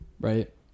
right